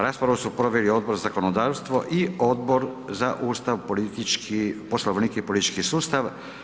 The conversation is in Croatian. Raspravu su proveli Odbor za zakonodavstvo i Odbor za ustav, politički, Poslovnik i politički sustav.